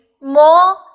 more